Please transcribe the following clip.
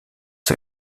zur